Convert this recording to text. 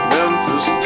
Memphis